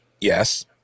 Yes